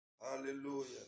Hallelujah